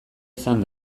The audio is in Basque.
izan